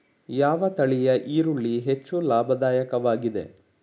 ಯಾವ ತಳಿಯ ಈರುಳ್ಳಿ ಹೆಚ್ಚು ಲಾಭದಾಯಕವಾಗಿದೆ?